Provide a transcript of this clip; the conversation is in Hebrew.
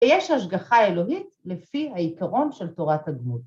‫יש השגחה אלוהית ‫לפי העיקרון של תורת הגמות.